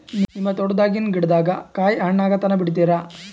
ನಿಮ್ಮ ತೋಟದಾಗಿನ್ ಗಿಡದಾಗ ಕಾಯಿ ಹಣ್ಣಾಗ ತನಾ ಬಿಡತೀರ?